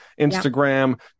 Instagram